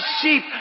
sheep